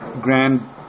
grand